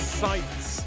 sights